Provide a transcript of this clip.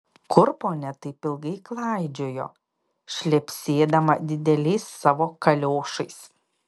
kur ponia taip ilgai klaidžiojo šlepsėdama dideliais savo kaliošais